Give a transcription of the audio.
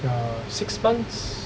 ya six months